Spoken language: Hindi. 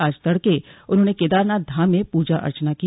आज तड़के उन्होंने केदारनाथ धाम में प्रजा अर्चना की